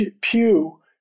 Pew